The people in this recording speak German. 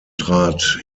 trat